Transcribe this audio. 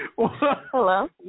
Hello